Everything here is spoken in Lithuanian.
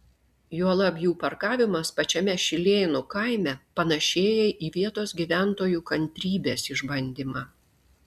juolab jų parkavimas pačiame šilėnų kaime panašėja į vietos gyventojų kantrybės išbandymą